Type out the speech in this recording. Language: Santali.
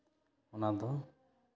ᱚᱱᱟ ᱫᱚ